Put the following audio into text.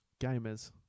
Gamers